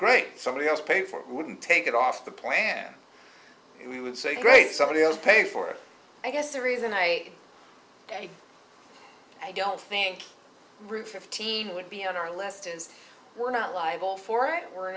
great somebody else pay for it wouldn't take it off the planet we would say great somebody else pay for it i guess the reason i say i don't think through fifteen would be our lester's we're not liable for it we're